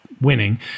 winning